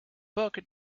book